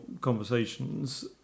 conversations